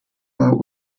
war